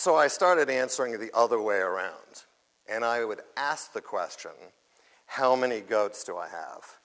so i started answering it the other way around and i would ask the question how many goats to i have